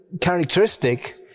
characteristic